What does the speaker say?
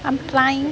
I'm trying